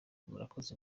murakoze